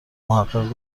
محقق